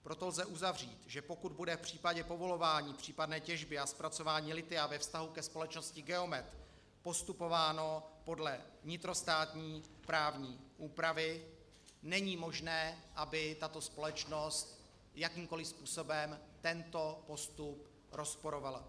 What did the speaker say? Proto lze uzavřít, že pokud bude v případě povolování případné těžby a zpracování lithia ve vztahu ke společnosti Geomet postupováno podle vnitrostátní právní úpravy, není možné, aby tato společnost jakýmkoli způsobem tento postup rozporovala.